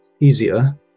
easier